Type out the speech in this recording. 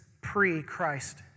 pre-Christ